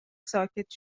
ساکت